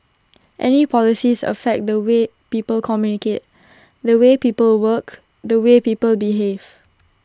any policies affect the way people communicate the way people work the way people behave